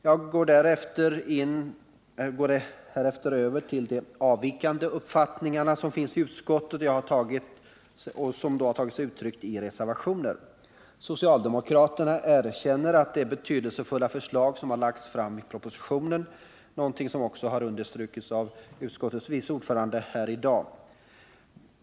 Jag går härefter över till de avvikande uppfattningar som finns i utskottet och som har tagit sig uttryck i reservationer. Socialdemokraterna erkänner att det är betydelsefulla förslag som har lagts fram i propositionen, något som också har understrukits av utskottets vice ordförande i dag.